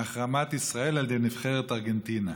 החרמת ישראל על ידי נבחרת ארגנטינה.